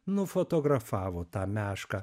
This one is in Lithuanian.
nufotografavo tą mešką